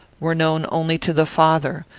were known only to the father,